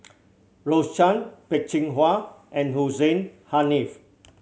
Rose Chan Peh Chin Hua and Hussein Haniff